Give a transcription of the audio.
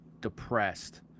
depressed